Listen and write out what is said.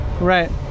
right